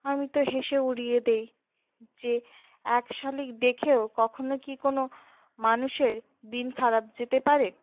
আমি তো হেসে উড়িয়ে দেই যে এক শালিক দেখেও কখনও কি কোনো মানুষের দিন খারাপ যেতে পারে